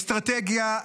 אסטרטגיה,